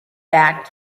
back